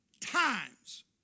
times